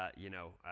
ah you know,